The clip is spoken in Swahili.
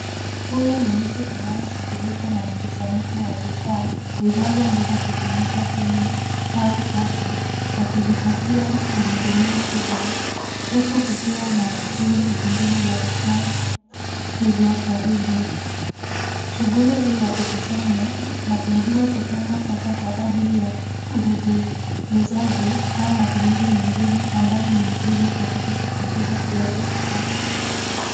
Huyu ni mtu anayeshughulika na mkusanyiko wa vifaa vinavyoweza kutumika tena au taka akivipakia kwenye gunia kubwa, huku kukiwa na rundo jingine la vifaa hivyo karibu. Shughuli hii ya kukusanya na pengine kupanga taka kwa ajili ya urejelejazi au matumizi mengine ambayo ni muhimu katika kupunguza kiasi cha taka.